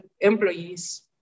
employees